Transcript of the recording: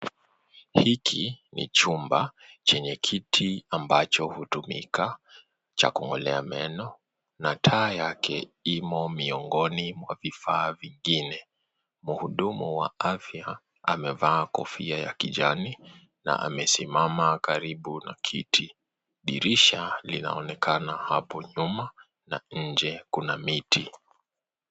Hiki ni chumba chenye kiti ambacho hutumika cha kung'olea meno na taa yake imo miongoni mwa vifaa vingine. Mhudumu wa afya amevaa kofia ya kijani na amesimama karibu na kiti. Dirisha linaonekana hapo nyuma na nje kuna miti.